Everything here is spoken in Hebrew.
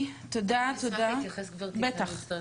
חברת הכנסת